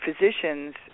physicians